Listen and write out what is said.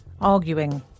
arguing